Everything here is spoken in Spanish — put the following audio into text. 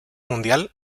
mundial